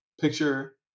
Picture